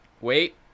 wait